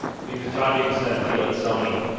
and because john davis had a deal at sony.